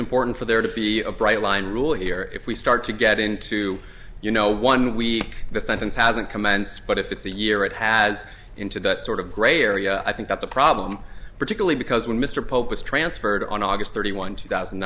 important for there to be a bright line rule here if we start to get into two you know one week the sentence hasn't commenced but if it's a year it has into that sort of grey area i think that's a problem particularly because when mr pope was transferred on august thirty one two thousand